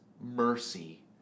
mercy